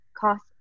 cost